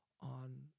on